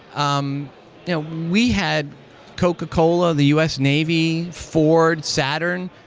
um you know we had coca-cola, the u s. navy, ford, saturn,